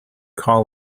call